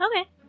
Okay